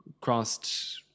crossed